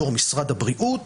בתור משרד הבריאות,